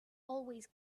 always